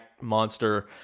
monster